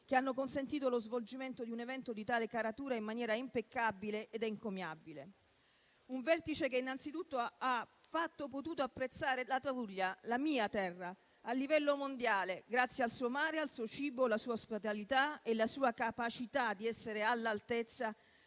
che hanno consentito lo svolgimento di un evento di tale caratura in maniera impeccabile ed encomiabile. Un vertice che innanzitutto ha fatto apprezzare la Puglia, la mia terra, a livello mondiale, grazie al suo mare, al suo cibo, alla sua ospitalità e alla sua capacità di essere all'altezza